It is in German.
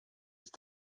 ist